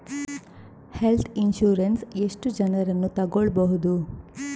Health insurance ಎಷ್ಟು ಜನರನ್ನು ತಗೊಳ್ಬಹುದು?